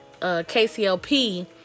KCLP